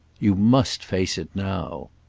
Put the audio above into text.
you must face it now.